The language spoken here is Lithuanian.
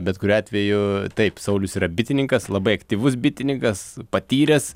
bet kuriuo atveju taip saulius yra bitininkas labai aktyvus bitininkas patyręs